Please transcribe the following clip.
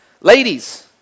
Ladies